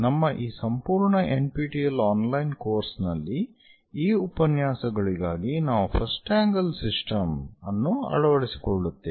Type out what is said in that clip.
ನಮ್ಮ ಈ ಸಂಪೂರ್ಣ NPTEL online ಕೋರ್ಸ್ನಲ್ಲಿ ಈ ಉಪನ್ಯಾಸಗಳಿಗಾಗಿ ನಾವು ಫಸ್ಟ್ ಆಂಗಲ್ ಸಿಸ್ಟಮ್ ಅನ್ನು ಅಳವಡಿಸಿಕೊಳ್ಳುತ್ತೇವೆ